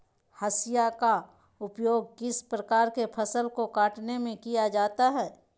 हाशिया का उपयोग किस प्रकार के फसल को कटने में किया जाता है?